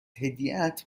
هدیهات